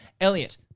Elliot